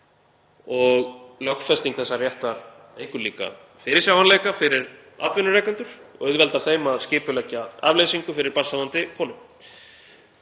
Lögfesting þessa réttar eykur líka fyrirsjáanleika fyrir atvinnurekendur og auðveldar þeim að skipuleggja afleysingu fyrir barnshafandi konur.